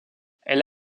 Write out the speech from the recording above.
elle